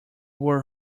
were